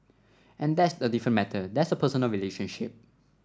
and that's a different matter that's a personal relationship